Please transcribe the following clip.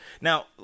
Now